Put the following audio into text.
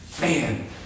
Man